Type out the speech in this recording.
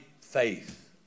faith